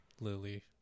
Lily